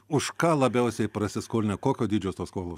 už ką labiausiai prasiskolinę kokio dydžio tos skolos